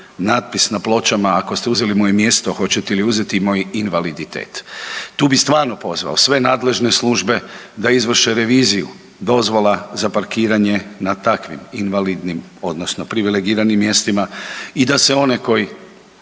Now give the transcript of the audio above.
na pločama, ako ste uzeti moje mjesto hoćete li uzeti i moj invaliditet. Tu bi stvarno pozvao sve nadležne službe da izvrše reviziju dozvola za parkiranje na takvim invalidnim odnosno privilegiranim mjestima i da se one koji